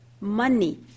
money